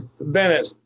Bennett